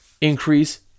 increase